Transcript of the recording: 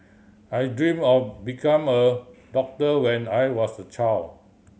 I dream of becoming a doctor when I was a child